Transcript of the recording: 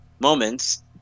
Moments